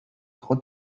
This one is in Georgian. იყო